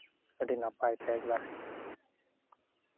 ᱟᱹᱰᱤ ᱱᱟᱯᱟᱭ ᱛᱮ ᱮᱠᱵᱟᱨᱮ